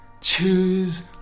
Choose